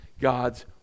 God's